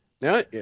No